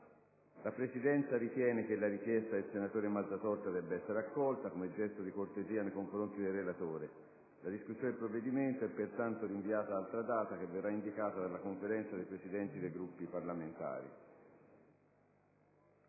La Presidenza ritiene che la richiesta del senatore Mazzatorta debba essere accolta, come gesto di cortesia nei confronti del relatore. La discussione del provvedimento è pertanto rinviata ad altra data, che verrà indicata dalla Conferenza dei Presidenti dei Gruppi parlamentari.